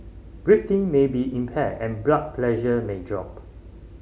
breathing may be impaired and blood pressure may drop